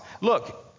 look